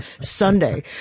sunday